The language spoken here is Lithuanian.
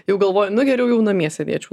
jau galvoji nu geriau jau namie sėdėčiau